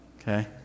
Okay